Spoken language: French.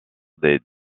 des